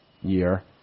year